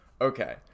Okay